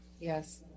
Yes